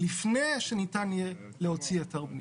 לפני שניתן יהיה להוציא היתר בנייה.